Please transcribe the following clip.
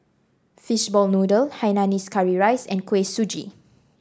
Fishball Noodle Hainanese Curry Rice and Kuih Suji